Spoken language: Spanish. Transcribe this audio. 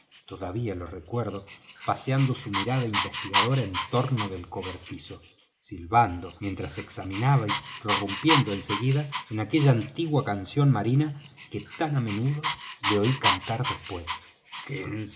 todavía lo recuerdo paseando su mirada investigadora en torno del cobertizo silbando mientras examinaba y prorrumpiendo en seguida en aquella antigua canción marina que tan á menudo le oí cantar después